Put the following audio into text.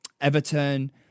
Everton